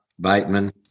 Bateman